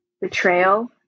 Betrayal